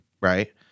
Right